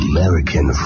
American